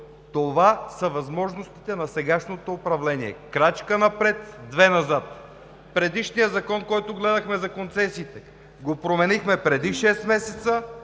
това са възможностите на сегашното управление – крачка напред, две назад. Предишният закон, който гледахме – за концесиите, го променихме преди шест месеца,